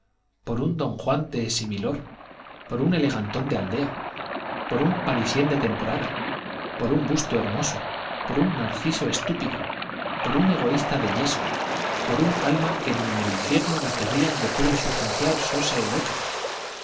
por un don juan de similor por un elegantón de aldea por un parisién de temporada por un busto hermoso por un narciso estúpido por un egoísta de yeso por un alma que ni en el infierno la querrían de puro insustancial sosa y hueca